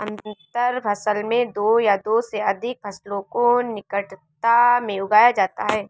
अंतर फसल में दो या दो से अघिक फसलों को निकटता में उगाया जाता है